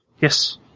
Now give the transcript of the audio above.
Yes